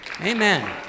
Amen